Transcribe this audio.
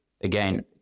again